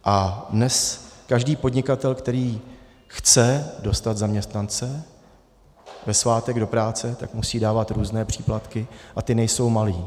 A dnes každý podnikatel, který chce dostat zaměstnance ve svátek do práce, tak musí dávat různé příplatky a ty nejsou malé.